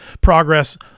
progress